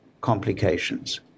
complications